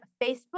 Facebook